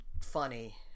funny